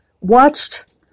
watched